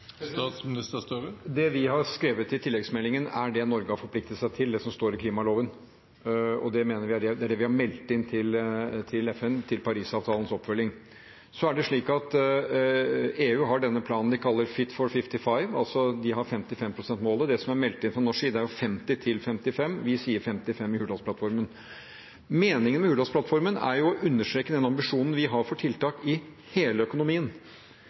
Det vi har skrevet i tilleggsmeldingen, er det Norge har forpliktet seg til, det som står i klimaloven. Det er det vi har meldt inn til FN til Parisavtalens oppfølging. EU har planen de kaller Fit for 55, altså et 55 pst. mål. Det som er meldt inn fra norsk side, er 50–55 pst. Vi sier 55 pst. i Hurdalsplattformen. Meningen med Hurdalsplattformen er å understreke den ambisjonen vi har for tiltak i hele økonomien